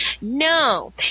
No